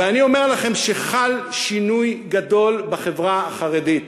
ואני אומר לכם שחל שינוי גדול בחברה החרדית.